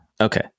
Okay